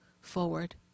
forward